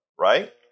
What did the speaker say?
Right